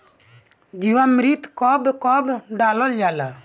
जीवामृत कब कब डालल जाला?